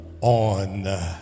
on